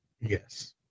yes